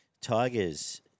Tigers